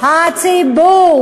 משלמי המסים, הציבור.